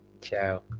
Ciao